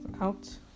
out